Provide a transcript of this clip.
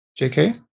JK